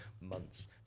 months